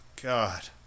God